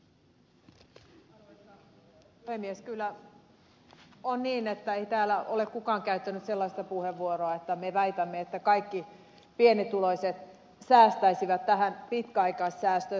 kyllä on niin että ei täällä ole kukaan käyttänyt sellaista puheenvuoroa että me väitämme että kaikki pienituloiset säästäisivät tähän sidottuun pitkäaikaissäästöön